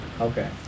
Okay